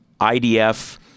IDF